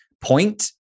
point